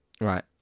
Right